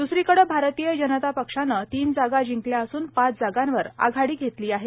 दुसरीकडे भारतीय जनता पक्षानं तीन जागा जिंकल्या असून पाच जागांवर आघाडी घेतली आहे